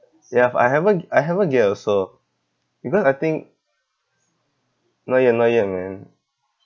ya I haven't I haven't get also because I think not yet not yet man